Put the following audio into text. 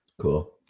Cool